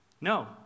No